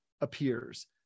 appears